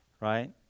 Right